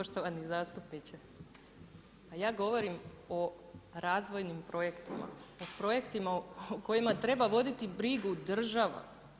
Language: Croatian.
Poštovani zastupniče, ja govorim o razvojnim projektima, o projektima o kojima treba voditi brigu država.